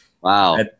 wow